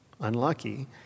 unlucky